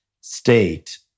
state